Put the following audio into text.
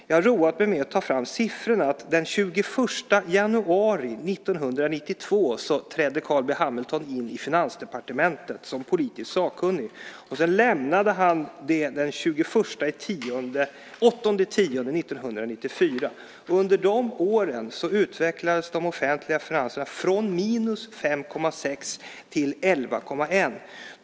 Jag har roat mig med att ta fram siffror. Den 21 januari 1992 trädde Carl B Hamilton in i Finansdepartementet som politisk sakkunnig. Han lämnade det den 8 oktober 1994. Under de åren utvecklades de offentliga finanserna från minus 5,6 till 11,1.